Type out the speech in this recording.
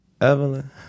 Evelyn